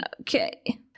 Okay